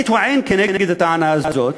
אני טוען כנגד הטענה הזאת